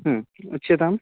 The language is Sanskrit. ह्म् उच्यताम्